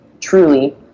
truly